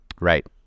Right